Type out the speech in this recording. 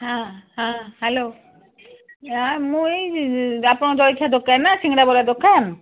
ହଁ ହଁ ହ୍ୟାଲୋ ଆଁ ମୁଁ ଏଇ ଆପଣଙ୍କ ଜଳିଖିଆ ଦୋକାନ ନା ସିଙ୍ଗଡ଼ା ବରା ଦୋକାନ